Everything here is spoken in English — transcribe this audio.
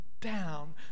down